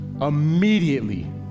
Immediately